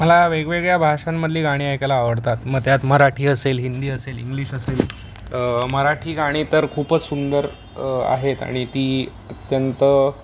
मला वेगवेगळ्या भाषांमधली गाणी ऐकायला आवडतात मग त्यात मराठी असेल हिंदी असेल इंग्लिश असेल मराठी गाणी तर खूपच सुंदर आहेत आणि ती अत्यंत